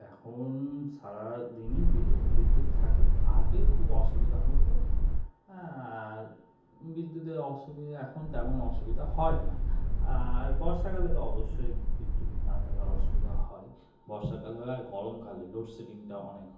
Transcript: এখন সারাাদিনই বি বিদ্যুৎ থাকে আগে খুব অসুবিধা হতো হ্যাঁ আর বিদ্যুতে অসুবিধে এখন তেমন অসুবিধা হয় না আর বর্ষাকালে তো অবশ্যই বিদ্যুৎ না থাকার অসুবিধা হয় বর্ষাকালে হয় আর গরমকালে লোডশেডিংটা অনেক হয়